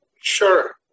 Sure